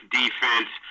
defense